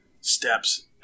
steps